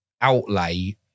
outlay